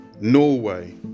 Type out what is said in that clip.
Norway